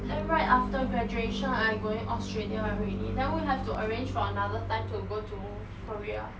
then right after graduation I going australia already then we have to arrange for another time to go to korea